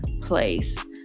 place